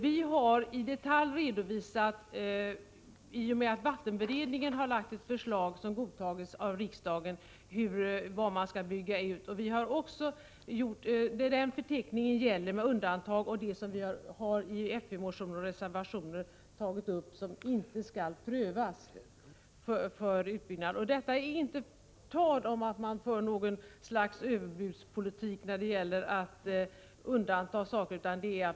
Vi har i detalj redovisat, i och med att vattenberedningen har lagt fram ett förslag som godtagits av riksdagen, vad som skall byggas ut. Det är den förteckning som gäller med undantag för det som vi i fp-motioner och reservationer har sagt inte skall prövas för utbyggnad. Det är inte tal om att föra något slags överbudspolitik när det gäller att undanta vissa saker.